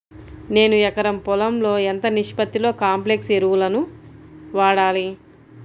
నేను ఎకరం పొలంలో ఎంత నిష్పత్తిలో కాంప్లెక్స్ ఎరువులను వాడాలి?